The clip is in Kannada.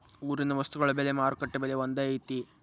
ಊರಿನ ವಸ್ತುಗಳ ಬೆಲೆ ಮಾರುಕಟ್ಟೆ ಬೆಲೆ ಒಂದ್ ಐತಿ?